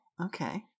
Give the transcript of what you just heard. Okay